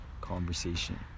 conversation